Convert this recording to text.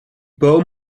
boom